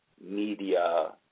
media